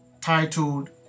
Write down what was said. titled